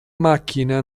macchina